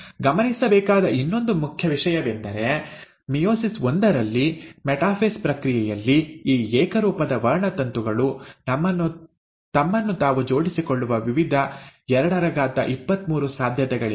ಗಮನಿಸಬೇಕಾದ ಇನ್ನೊಂದು ಮುಖ್ಯ ವಿಷಯವೆಂದರೆ ಮಿಯೋಸಿಸ್ ಒಂದರಲ್ಲಿ ಮೆಟಾಫೇಸ್ ಪ್ರಕ್ರಿಯೆಯಲ್ಲಿ ಈ ಏಕರೂಪದ ವರ್ಣತಂತುಗಳು ತಮ್ಮನ್ನು ತಾವು ಜೋಡಿಸಿಕೊಳ್ಳುವ ವಿವಿಧ 223 ಸಾಧ್ಯತೆಗಳಿವೆ